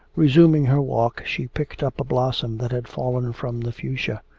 resuming her walk, she picked up a blossom that had fallen from the fuchsia.